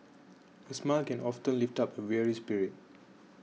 a smile can often lift up a weary spirit